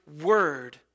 word